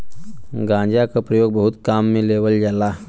गांजा क परयोग बहुत काम में लेवल जाला